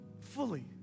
fully